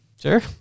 Sure